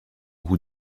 goût